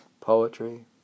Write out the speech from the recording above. Poetry